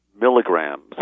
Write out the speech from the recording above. milligrams